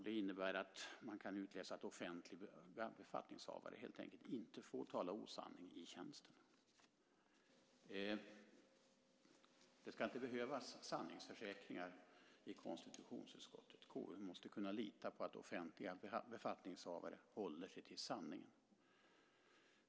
Det innebär att man kan utläsa att offentlig befattningshavare helt enkelt får tala osanning i tjänsten. Det ska inte behövas sanningsförsäkringar i konstitutionsutskottet. KU måste kunna lita på att offentliga befattningshavare håller sig till sanningen.